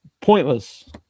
Pointless